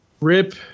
Rip